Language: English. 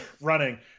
running